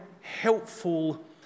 helpful